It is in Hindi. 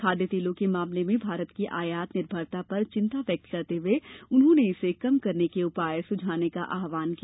खाद्य तेलों के मामले में भारत की आयात निर्भरता पर चिंता व्यक्त करते हुए उन्होंने इसे कम करने के उपाय सुझाने का आहवान किया